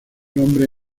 nombre